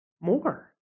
More